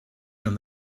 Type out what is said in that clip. from